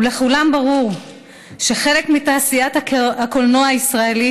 ולכולם ברור שחלק מתעשיית הקולנוע הישראלי